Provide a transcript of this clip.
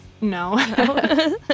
No